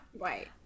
Right